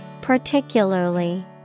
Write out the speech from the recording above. Particularly